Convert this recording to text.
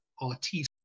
artists